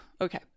Okay